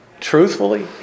truthfully